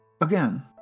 Again